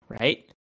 right